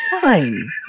fine